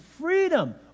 freedom